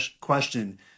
question